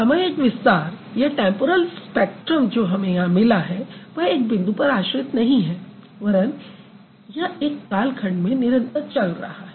सामयिक विस्तार जो हमें यहाँ मिला है वह एक बिन्दु पर आश्रित नहीं है वरन यह एक काल खंड में निरंतर चल रहा है